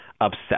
upset